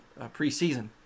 preseason